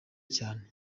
cyane